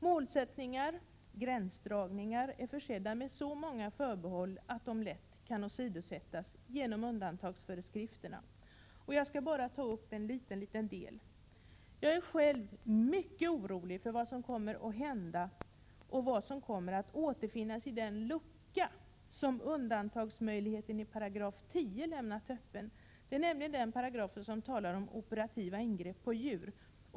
Målsättningar och gränsdragningar är försedda med så många förbehåll att de lätt kan åsidosättas genom undantagsföreskrifterna. Jag skall bara nämna några få saker. Jag är själv mycket orolig för vad som kommer att hända och för vad som kommer att återfinnas i den lucka som finns i och med undantagsmöjligheten i10 8. I den paragrafen talas det nämligen om operativa ingrepp på djur.